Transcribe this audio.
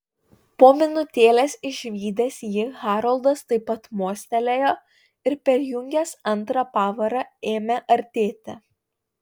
po minutėlės išvydęs jį haroldas taip pat mostelėjo ir perjungęs antrą pavarą ėmė artėti